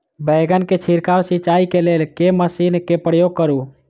बैंगन केँ छिड़काव सिचाई केँ लेल केँ मशीन केँ प्रयोग करू?